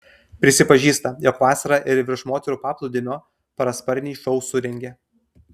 prisipažįsta jog vasarą ir virš moterų paplūdimio parasparniai šou surengia